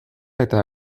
eta